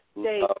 state